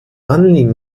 anliegen